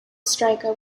striker